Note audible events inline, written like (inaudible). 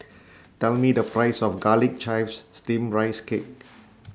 (noise) Tell Me The Price of Garlic Chives Steamed Rice Cake